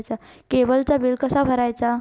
केबलचा बिल कसा भरायचा?